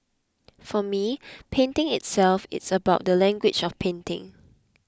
for me painting itself is about the language of painting